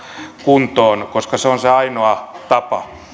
kuntoon koska se on se ainoa tapa